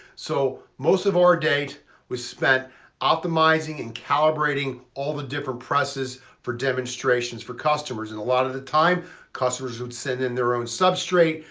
so most of our day was spent optimizing and calibrating all the different presses for demonstrations for customers. and a lot of the time customers would send in their own substrate.